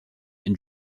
and